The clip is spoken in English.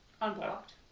Unblocked